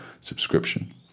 subscription